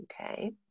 Okay